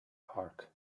park